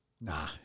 nah